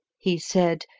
he said,